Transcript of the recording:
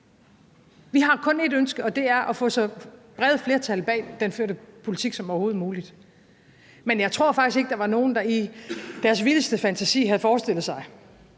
Vi har kun et ønske, og det er at få så brede flertal som overhovedet muligt bag den førte politik. Men jeg troede faktisk ikke, at der var nogen, der i deres vildeste fantasi havde forestillet sig,